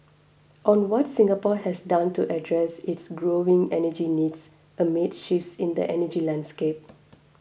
on what Singapore has done to address its growing energy needs amid shifts in the energy landscape